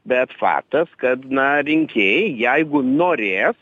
bet faktas kad na rinkėjai jeigu norės